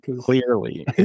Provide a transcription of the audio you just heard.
Clearly